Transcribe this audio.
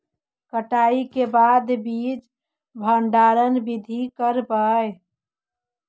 कटाई के बाद बीज भंडारन बीधी करबय?